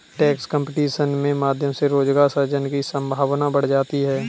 tax competition के माध्यम से रोजगार सृजन की संभावना बढ़ जाती है